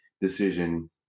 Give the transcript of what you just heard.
decision